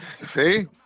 See